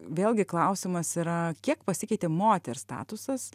vėlgi klausimas yra kiek pasikeitė moters statusas